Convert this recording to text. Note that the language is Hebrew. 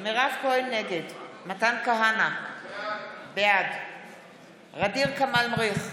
נגד מתן כהנא, בעד ע'דיר כמאל מריח,